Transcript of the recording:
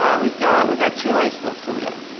um we've got we've got two high schools coming up,